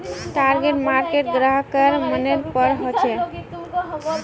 target market ग्राहकेर मनेर पर हछेक